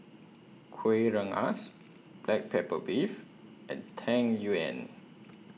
Kuih Rengas Black Pepper Beef and Tang Yuen